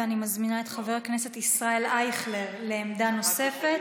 ואני מזמינה את חבר הכנסת ישראל אייכלר לעמדה נוספת.